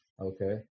Okay